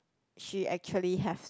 she actually have